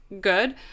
good